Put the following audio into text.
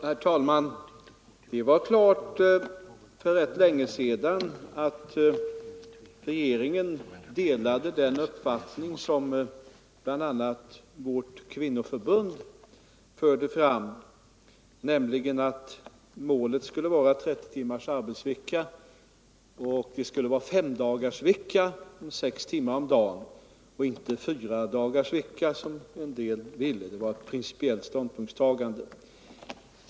Herr talman! Det stod för rätt länge sedan klart att regeringen delade den uppfattning som bl.a. vårt kvinnoförbund förde fram, nämligen att målet skulle vara 30 timmars arbetsvecka och att det skulle vara femdagarsvecka med sex timmars arbetstid per dag — inte fyradagarsvecka som en del ville. Det var ett principiellt ståndpunktstagande.